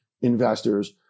investors